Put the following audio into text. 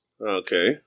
Okay